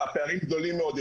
הפערים גדולים מאוד,